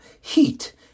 heat